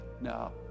No